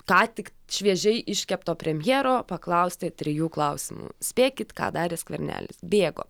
ką tik šviežiai iškepto premjero paklausti trijų klausimų spėkit ką darė skvernelis bėgo